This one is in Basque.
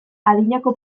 adinako